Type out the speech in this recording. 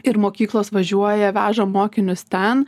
ir mokyklos važiuoja veža mokinius ten